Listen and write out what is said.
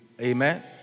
Amen